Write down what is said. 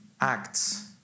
acts